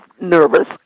nervous